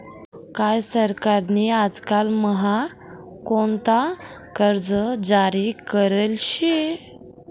काय सरकार नी आजकाल म्हा कोणता कर्ज जारी करेल शे